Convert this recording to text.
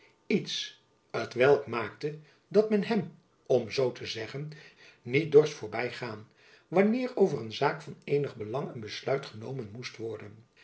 iets t welk maakte dat men hem om zoo te zeggen niet dorst voorby gaan wanneer over een zaak van eenig belang een besluit genomen moest worden